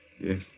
Yes